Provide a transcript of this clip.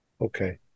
okay